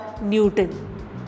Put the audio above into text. Newton